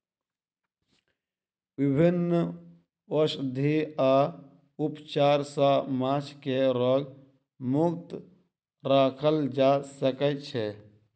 विभिन्न औषधि आ उपचार सॅ माँछ के रोग मुक्त राखल जा सकै छै